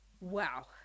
Wow